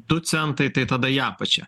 du centai tai tada į apačią